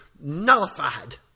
nullified